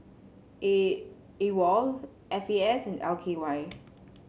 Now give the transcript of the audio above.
A AWOL F A S and L K Y